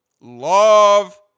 love